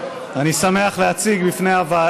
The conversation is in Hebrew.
התשע"ט 2018,